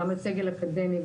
גם על סגל אקדמי,